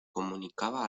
comunicaba